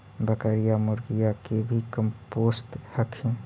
बकरीया, मुर्गीया के भी कमपोसत हखिन?